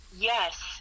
Yes